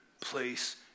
place